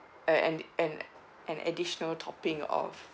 and and and an additional topping of